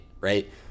right